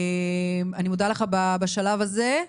אני מודה לך בשלב הזה,